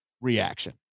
reaction